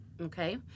Okay